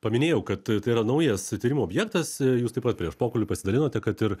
paminėjau kad t tai yra naujas tyrimo objektas jūs taip pat prieš pokalbį pasidalinote kad ir